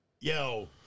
yo